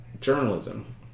journalism